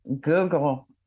Google